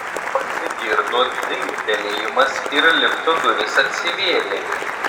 pasigirdo dzingtelėjimas ir lifto durys atsivėrė